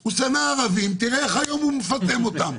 הוא שנא ערבים, תראה איך היום הוא מפטם אותם.